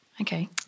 Okay